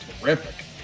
terrific